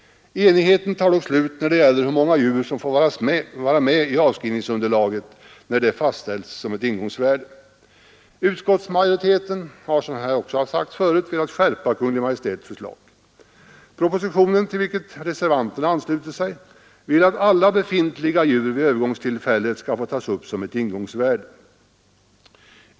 Enigheten tar dock slut när det gäller hur många djur som får vara med i avskrivningsunderlaget när det fastställts ett ingångsvärde. Utskottsmajoriteten har, som här också sagts förut, velat skärpa Kungl. Maj:ts förslag. I propositionen, till vilken reservanterna anslutit sig, föreslås att alla befintliga djur vid övergångstillfället skall få tas upp som ett ingångsvärde.